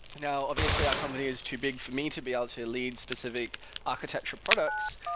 now, obviously, our company is too big for me to be able to lead specific architecture products,